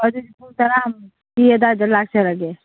ꯑꯣ ꯑꯗꯨꯗꯤ ꯄꯨꯡ ꯇꯔꯥꯃꯨꯛꯀꯤ ꯑꯗꯥꯏꯗ ꯂꯥꯛꯆꯔꯒꯦ